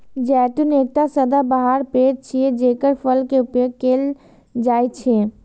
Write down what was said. जैतून एकटा सदाबहार पेड़ छियै, जेकर फल के उपयोग कैल जाइ छै